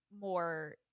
more